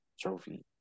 trophy